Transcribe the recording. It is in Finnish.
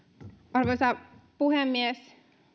arvoisa puhemies